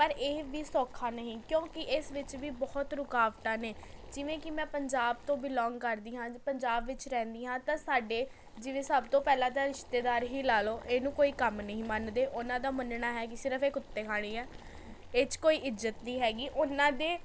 ਪਰ ਇਹ ਵੀ ਸੌਖਾ ਨਹੀਂ ਕਿਉਂਕਿ ਇਸ ਵਿੱਚ ਵੀ ਬਹੁਤ ਰੁਕਾਵਟਾਂ ਨੇ ਜਿਵੇਂ ਕਿ ਮੈਂ ਪੰਜਾਬ ਤੋਂ ਬਿਲੋਂਗ ਕਰਦੀ ਹਾਂ ਪੰਜਾਬ ਵਿੱਚ ਰਹਿੰਦੀ ਹਾਂ ਤਾਂ ਸਾਡੇ ਜਿਵੇਂ ਸਭ ਤੋਂ ਪਹਿਲਾਂ ਤਾਂ ਰਿਸ਼ਤੇਦਾਰ ਹੀ ਲਾ ਲਉ ਇਹਨੂੰ ਕੋਈ ਕੰਮ ਨਹੀਂ ਮੰਨਦੇ ਉਹਨਾਂ ਦਾ ਮੰਨਣਾ ਹੈ ਕਿ ਸਿਰਫ ਇਹ ਕੁੱਤੇ ਖਾਣੀ ਹੈ ਇਹ 'ਚ ਕੋਈ ਇੱਜ਼ਤ ਨਹੀਂ ਹੈਗੀ ਉਹਨਾਂ ਦੇ